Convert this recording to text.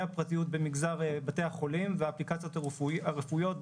הפרטיות במגזר בתי החולים והאפליקציות הרפואיות,